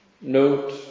Note